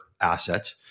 asset